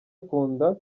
akunda